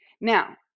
Now